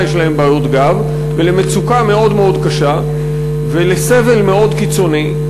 יש להם בעיות גב ולמצוקה מאוד מאוד קשה ולסבל מאוד קיצוני.